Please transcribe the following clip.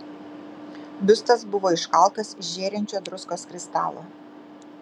biustas buvo iškaltas iš žėrinčio druskos kristalo